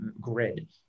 grid